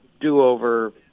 do-over